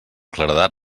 claredat